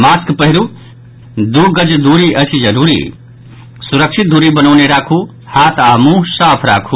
mask पहिरू दू गज दूरी अछि जरूरी सुरक्षित दूरी बनौने राखू हाथ आ मुंह साफ राखू